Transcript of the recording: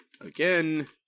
again